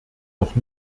noch